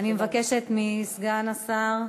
אני מבקשת מסגן השר,